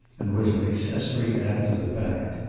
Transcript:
and was an accessory after the fact.